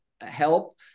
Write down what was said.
help